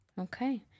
okay